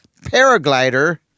Paraglider